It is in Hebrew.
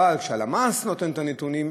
אבל כשהלמ"ס נותן את הנתונים,